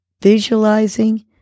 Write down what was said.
visualizing